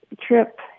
trip